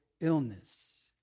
illness